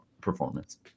performance